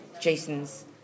Jason's